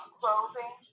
clothing